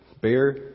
bear